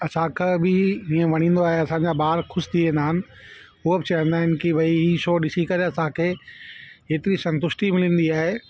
असांखे बि इयं वणंदो आहे असांजा ॿार ख़ुशि थी वेंदा आहिनि उहा बि चवंदा आहिनि की भई ई शो ॾिसी करे असांखे हेतिरी संतुष्टी मिलंदी आहे